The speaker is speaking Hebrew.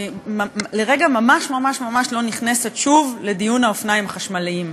לרגע אני ממש לא נכנסת שוב לדיון על האופניים החשמליים,